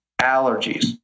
allergies